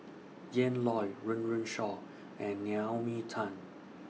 Ian Loy Run Run Shaw and Naomi Tan